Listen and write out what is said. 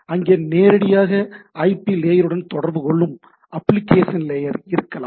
அங்கே நேரடியாக ஐபி லேயருடன் தொடர்பு கொள்ளும் அப்ளிகேஷன் லேயர் இருக்கலாம்